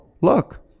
look